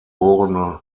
geb